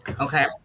Okay